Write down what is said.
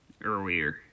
earlier